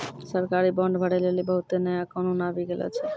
सरकारी बांड भरै लेली बहुते नया कानून आबि गेलो छै